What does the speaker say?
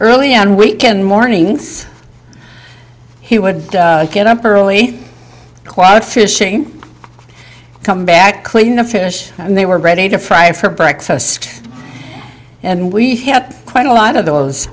early on weekend mornings he would get up early quiet fishing come back clean the fish and they were ready to fry for breakfast and we had quite a lot of those